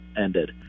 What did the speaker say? ended